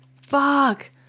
Fuck